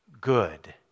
good